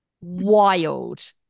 wild